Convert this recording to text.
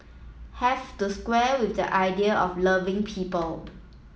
have to square with the idea of loving people